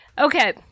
Okay